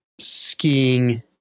skiing